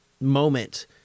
moment